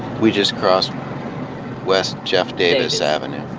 we just crossed west jeff davis avenue.